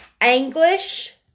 English